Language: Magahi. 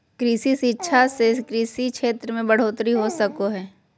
कृषि शिक्षा से कृषि क्षेत्र मे बढ़ोतरी हो सको हय